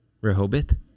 Rehoboth